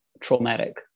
traumatic